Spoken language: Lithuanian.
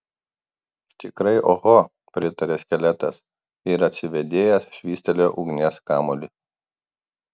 tikrai oho pritarė skeletas ir atsivėdėjęs švystelėjo ugnies kamuolį